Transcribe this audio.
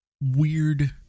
weird